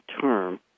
term